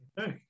Okay